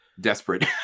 desperate